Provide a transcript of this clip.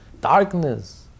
darkness